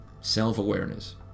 self-awareness